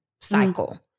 cycle